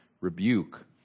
rebuke